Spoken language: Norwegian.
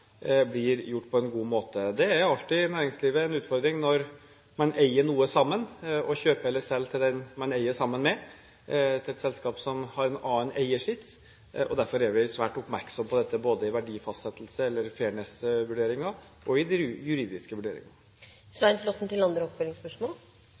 blir gjort på en god måte. Det er alltid en utfordring i næringslivet når man eier noe sammen og kjøper eller selger til den man eier sammen med, til et selskap som har en annen eiersits. Derfor er vi svært oppmerksom på dette, både i verdifastsettelse eller «fairness»-vurderinger og i de juridiske